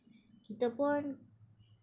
kita pun